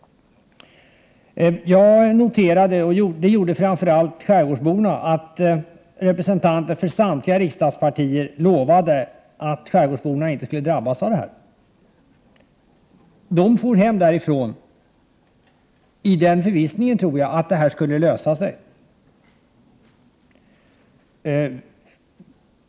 Jag noterade i lördags i likhet med framför allt skärgårdsborna att representanter för samtliga riksdagspartier lovade att skärgårdsborna inte skall drabbas. Jag tror att de for hem därifrån i den förvissningen att det här skulle lösa sig.